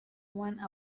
one